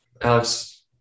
Alex